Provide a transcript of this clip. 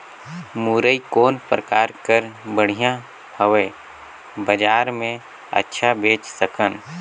मुरई कौन प्रकार कर बढ़िया हवय? बजार मे अच्छा बेच सकन